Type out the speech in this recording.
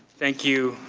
thank you.